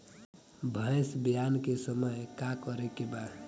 भैंस ब्यान के समय का करेके बा?